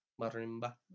Marimba